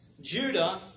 Judah